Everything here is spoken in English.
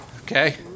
Okay